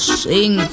sing